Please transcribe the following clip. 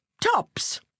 Tops